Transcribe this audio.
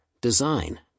design